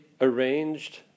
arranged